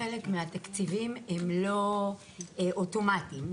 חלק מהתקציבים הם אוטומטיים וחלקם לא.